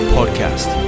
Podcast